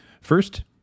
First